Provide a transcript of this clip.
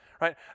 right